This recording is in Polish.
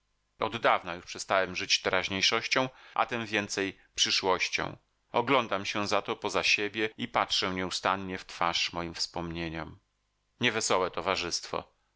od dawna już przestałem żyć teraźniejszością a tem więcej przyszłością oglądam się za to poza siebie i patrzę nieustannie w twarz moim wspomnieniom niewesołe towarzystwo